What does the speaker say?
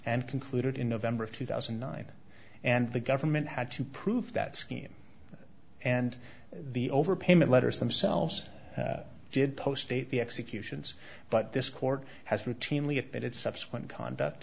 and concluded in november of two thousand and nine and the government had to prove that scheme and the overpayment letters themselves did post date the executions but this court has routinely at its subsequent conduct